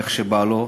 איך שבא לו,